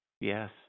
Yes